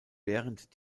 während